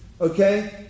Okay